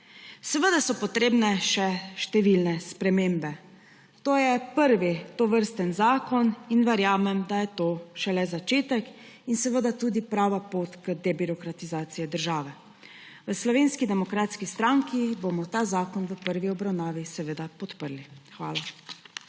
Seveda so potrebne še številne spremembe. To je prvi tovrstni zakon in verjamem, da je to šele začetek in seveda tudi prva pot k debirokratizaciji države. V Slovenski demokratski stranki bomo ta zakon v prvi obravnavi seveda podprli. Hvala.